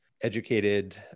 educated